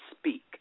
speak